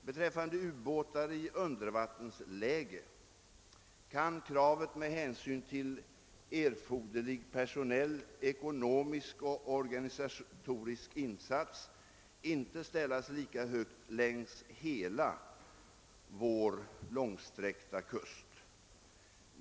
Beträffande ubåtar i undervattensläge kan kravet med hänsyn till erforderlig personell, ekonomisk och organisatorisk insats inte ställas lika högt längs hela vår långsträckta kust.